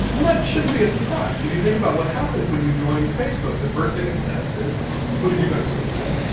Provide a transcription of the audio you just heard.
and that shouldn't be a surprise. if you think about what happens when you join facebook, the first thing it says is who do you go to school with,